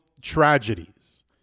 tragedies